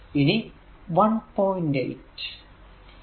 ഇനി 1